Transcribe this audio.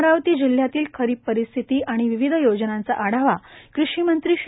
अमरावती जिल्ह्यातील खरीप परिस्थिती आणि विविध योजनांचा आढावा कृषी मंत्री श्री